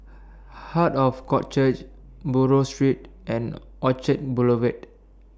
Heart of God Church Buroh Street and Orchard Boulevard